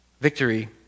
victory